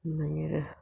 मागीर